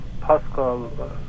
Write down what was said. Pascal